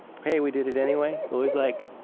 hey, we did it anyway, it was like